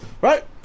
right